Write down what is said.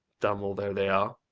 dumb although they are,